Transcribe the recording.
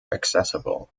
accessible